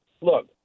Look